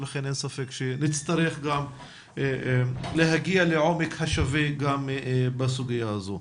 ולכן אין ספק שנצטרך גם להגיע לעמק השווה גם בסוגיה הזאת.